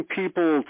people